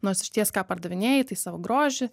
nors išties ką pardavinėji tai savo grožį